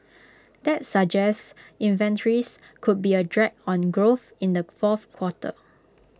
that suggests inventories could be A drag on growth in the fourth quarter